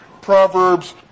Proverbs